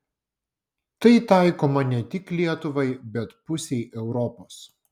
tai taikoma ne tik lietuvai bet pusei europos